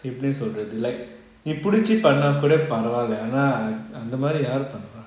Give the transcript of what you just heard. எப்பிடின்னு சொல்றது நீ பிடிச்சி பண்ண கூட பரவலா அனா அந்த மாறி யாரு பண்ற:epidinu solrathu nee pidichi panna kuda paravala ana antha maari yaaru panra